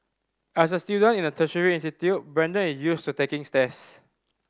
as a student in a tertiary institute Brandon is used to taking